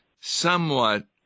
somewhat